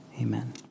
Amen